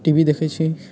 T V देखैत छी